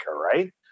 right